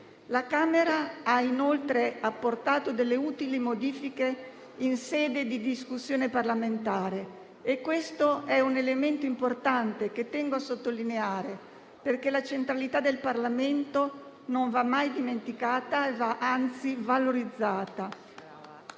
deputati ha inoltre apportato delle utili modifiche in sede di discussione parlamentare e questo è un elemento importante, che tengo a sottolineare, perché la centralità del Parlamento non va mai dimenticata e va anzi valorizzata.